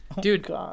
dude